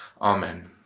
Amen